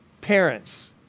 parents